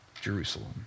Jerusalem